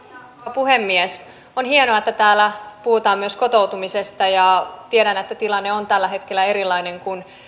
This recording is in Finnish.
puhemies on hienoa että täällä puhutaan myös kotoutumisesta ja tiedän että tilanne on tällä hetkellä erilainen kuin